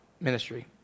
Ministry